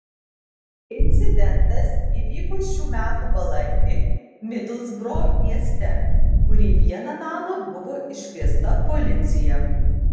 incidentas įvyko šių metų balandį midlsbro mieste kur į vieną namą buvo iškviesta policija